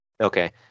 Okay